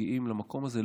שמגיעים למקום הזה,